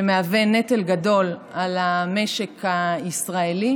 שמהווה נטל גדול על המשק הישראלי,